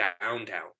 downtown